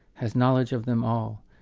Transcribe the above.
has knowledge of them all,